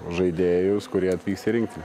žaidėjus kurie atvyks į rinktinę